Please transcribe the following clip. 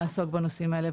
לעסוק בנושאים האלה,